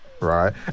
Right